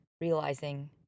realizing